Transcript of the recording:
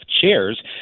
chairs